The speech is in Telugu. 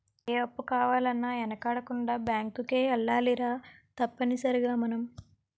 ఏ అప్పు కావాలన్నా యెనకాడకుండా బేంకుకే ఎల్లాలిరా తప్పనిసరిగ మనం